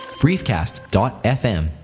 briefcast.fm